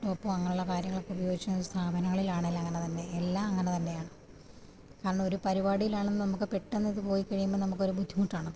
ഒപ്പം അങ്ങനെയുള്ള കാര്യങ്ങൾക്കുപയോഗിച്ച് സ്ഥാപനങ്ങളിലാണേലും അങ്ങനെതന്നെ എല്ലാം അങ്ങനെ തന്നെയാണ് കാരണം ഒരു പരിപാടിയിലാണെന്നു നമുക്ക് പെട്ടെന്നിത് പോയി കഴിയുമ്പോള് നമുക്കൊരു ബുദ്ധിമുട്ടാണ്